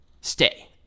stay